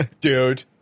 dude